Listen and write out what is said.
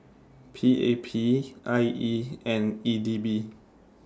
P A P I E and E D B